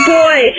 boy